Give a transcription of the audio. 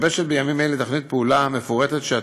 בימים אלה מתגבשת תוכנית פעולה מפורטת אשר